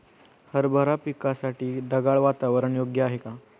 हरभरा पिकासाठी ढगाळ वातावरण योग्य आहे का?